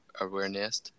awareness